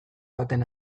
baten